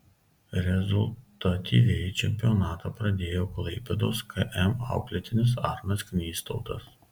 rezultatyviai čempionatą pradėjo klaipėdos km auklėtinis arnas knystautas